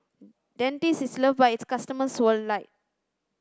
dentiste is loved by its customers worldwide